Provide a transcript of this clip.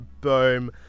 Boom